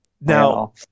Now